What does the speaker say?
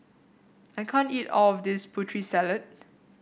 I can't eat all of this Putri Salad